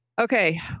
Okay